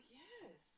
yes